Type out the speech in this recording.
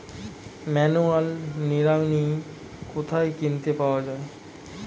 Manual নিড়ানি কোথায় কিনতে পাওয়া যায়?